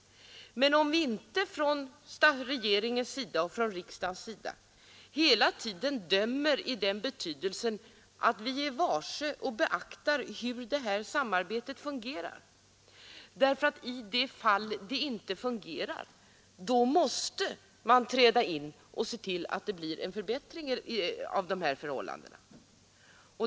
Men man måste från regeringens och från riksdagens sida hela tiden döma i den betydelsen att man är varse och beaktar hur det här samarbetet fungerar. I det fall det inte fungerar måste man träda in och se till att det blir en förbättring av förhållandena.